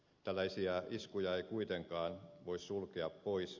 tällaisia iskuja ei kuitenkaan voi sulkea pois